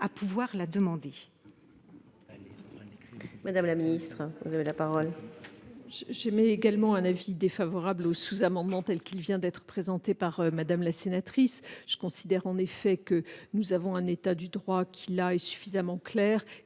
à pouvoir la demander.